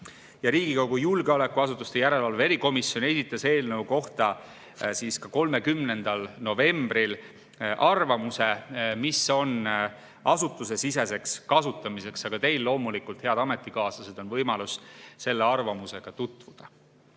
Riigikogu julgeolekuasutuste järelevalve erikomisjon esitas eelnõu kohta 30. novembril arvamuse, mis on asutusesiseseks kasutamiseks, aga teil loomulikult, head ametikaaslased, on võimalus selle arvamusega tutvuda.